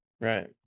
Right